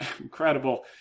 incredible